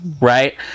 right